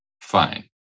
Fine